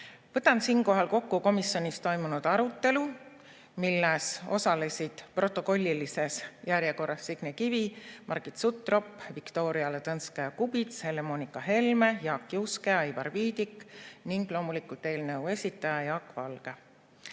Vahi. Võtan siinkohal kokku komisjonis toimunud arutelu, milles osalesid protokollilises järjekorras Signe Kivi, Margit Sutrop, Viktoria Ladõnskaja-Kubits, Helle-Moonika Helme, Jaak Juske, Aivar Viidik ning loomulikult eelnõu esitaja Jaak Valge.